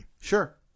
Sure